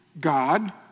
God